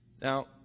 Now